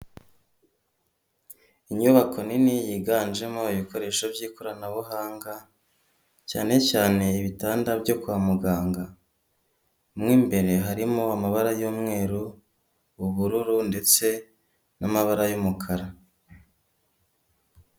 Inyubako nini yiganjemo ibikoresho by'ikoranabuhanga cyane cyane ibitanda byo kwa muganga mwimbere harimo amabara y'umweru ubururu ndetse n'amabara y'umukara.